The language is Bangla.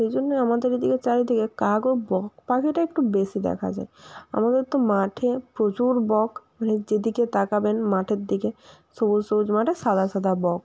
সেই জন্যই আমাদের এদিকে চারিদিকে কাক ও বক পাখিটা একটু বেশি দেখা যায় আমাদের তো মাঠে প্রচুর বক মানে যেদিকে তাকাবেন মাঠের দিকে সবুজ সবুজ মাঠে সাদা সাদা বক